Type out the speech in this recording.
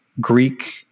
greek